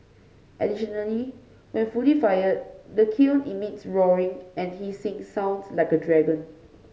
additionally when fully fired the kiln emits roaring and hissing sounds like a dragon